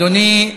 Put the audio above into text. אדוני,